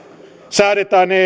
säädetään